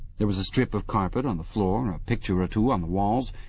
there was a strip of carpet on the floor, a picture or two on the walls,